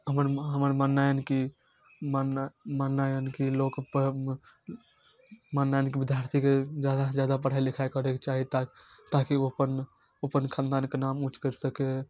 हमर मा हमर माननाइ यए कि माननाइ माननाइ यए कि लोक अपन माननाइ यए कि विद्यार्थीके ज्यादासँ ज्यादा पढ़ाइ लिखाइ करयके चाही ताकि ताकि ओ अपन अपन खानदानके नाम ऊँच करि सकै